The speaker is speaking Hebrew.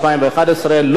נתקבלה.